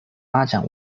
发展